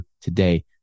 today